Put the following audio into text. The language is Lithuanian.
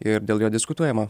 ir dėl jo diskutuojama